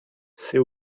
c’est